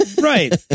right